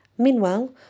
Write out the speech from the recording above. Meanwhile